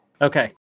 okay